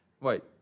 wait